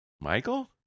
Michael